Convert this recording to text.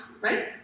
right